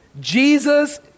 Jesus